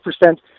percent